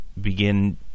begin